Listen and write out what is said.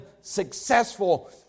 successful